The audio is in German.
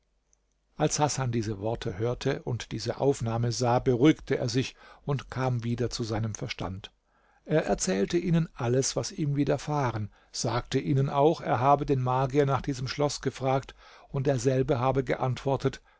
als hasan diese worte hörte und diese aufnahme sah beruhigte er sich und kam wieder zu seinem verstand er erzählte ihnen alles was ihm widerfahren sagte ihnen auch er habe den magier nach diesem schloß gefragt und derselbe habe geantwortet